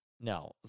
No